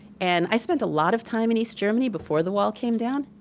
and i spent a lot of time in east germany before the wall came down,